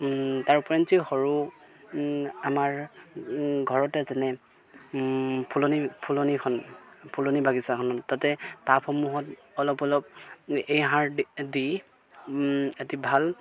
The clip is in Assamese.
তাৰ ওপৰঞ্চি সৰু আমাৰ ঘৰতে যেনে ফুলনি ফুলনিখন ফুলনি বাগিচাখনত তাতে টাবসমূহত অলপ অলপ এই সাৰ দি এটি ভাল